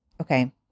Okay